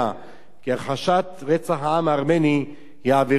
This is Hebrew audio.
כי הכחשת רצח העם הארמני היא עבירה פלילית.